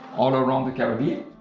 all around the caribbean